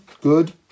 Good